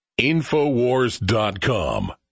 InfoWars.com